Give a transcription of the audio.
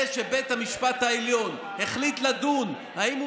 זה שבית המשפט העליון החליט לדון אם הוא